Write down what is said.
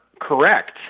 correct